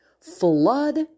flood